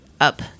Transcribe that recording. up